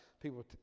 people